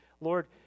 Lord